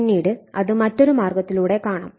പിന്നീട് അത് മറ്റൊരു മാർഗത്തിലൂടെ കാണാം